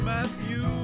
Matthew